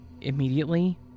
Immediately